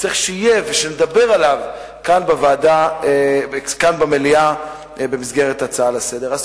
שנדבר עליו כאן במליאה במסגרת הצעה לסדר-היום.